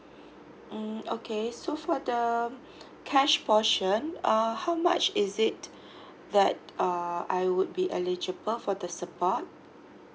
mm okay so for the cash portion uh how much is it that err I would be eligible for the support